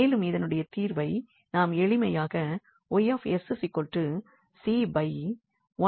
மேலும் இதனுடைய தீர்வை நாம் எளிமையாக Yc1s2½ என்று எழுதலாம்